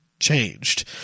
Changed